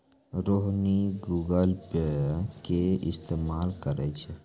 Rohini Google Pay के इस्तेमाल करै छै